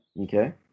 Okay